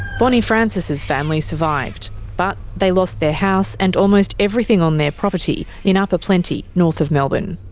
bonny francis's family survived, but they lost their house and almost everything on their property in upper plenty, north of melbourne.